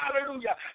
hallelujah